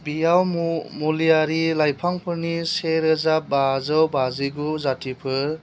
बेयाव मुलियारि लाइफांफोरनि सेरोजा बाजौ बाजिगु जातिफोर